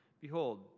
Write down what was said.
Behold